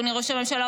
אדוני ראש הממשלה,